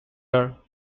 her